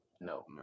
No